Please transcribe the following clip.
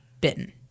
bitten